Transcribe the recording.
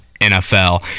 NFL